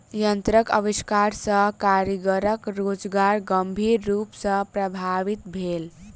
यंत्रक आविष्कार सॅ कारीगरक रोजगार गंभीर रूप सॅ प्रभावित भेल